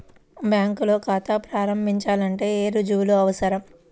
బ్యాంకులో ఖాతా ప్రారంభించాలంటే ఏ రుజువులు అవసరం?